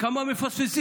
וכמה גם מפספסים.